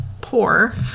poor